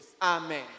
Amen